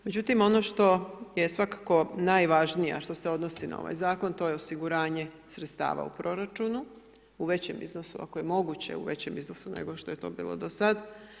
Međutim, ono što je svakako najvažnije a što se odnosi na ovaj zakon to je osiguranje sredstava u proračunu u većem iznosu, ako je moguće u većem iznosu nego što je to bilo do sad.